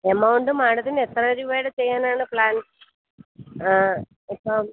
amount മാഡത്തിന് എത്ര രൂപയുടെ ചെയ്യാനാണ് പ്ലാൻ ഇപ്പം